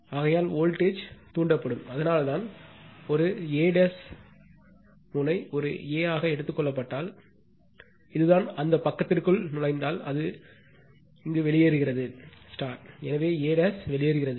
ஆகையால் வோல்டேஜ் தூண்டப்படும் அதனால்தான் ஒரு a முனையம் ஒரு a ஆக எடுத்துக் கொள்ளப்பட்டால் இதுதான் அந்தப் பக்கத்திற்குள் நுழைந்தால் அது வெளியேறுகிறது எனவே a வெளியேறுகிறது